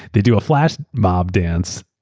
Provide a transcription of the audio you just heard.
they do a flashmob dance.